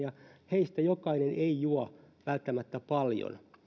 heistä jokainen ei juo välttämättä paljon